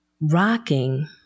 rocking